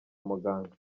muganga